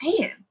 man